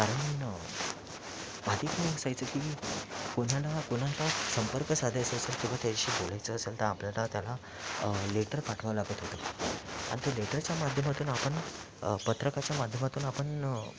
कारण आधी काय असायचं की कुणाला कुणाचा संपर्क साधायचा असेल किंवा त्याच्याशी बोलायचं असेल तर आपल्याला त्याला लेटर पाठवावं लागत होतं आणि त्या लेटरच्या माध्यमातून आपण पत्रकाच्या माध्यमातून आपण